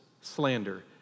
slander